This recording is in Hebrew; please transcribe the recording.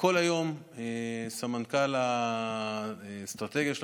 כל היום סמנכ"ל האסטרטגיות והתכנון